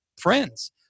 friends